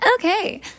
Okay